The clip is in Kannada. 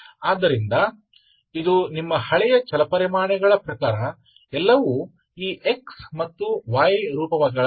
ಆದ್ದರಿಂದ ಇದು ನಿಮ್ಮ ಹಳೆಯ ಚಲಪರಿಮಾಣಗಳ ಪ್ರಕಾರ ಎಲ್ಲವೂ ಈ x ಮತ್ತು y ರೂಪವಾಗಿದೆ